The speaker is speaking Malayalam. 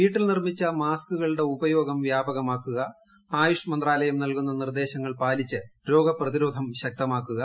വീട്ടിൽ നിർമ്മിച്ച മാസ്കുകളുടെ ഉപയോഗം വ്യാപകമാക്കുക ആയുഷ് മന്ത്രാലയം നൽകുന്ന നിർദ്ദേശങ്ങൾ പാലിച്ച് രോഗപ്രതിരോധം ശക്തമാക്കുക